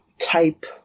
type